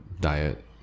diet